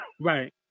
Right